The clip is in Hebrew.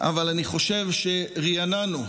אבל אני חושב שריעננו,